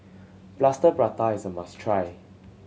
Plaster Prata is a must try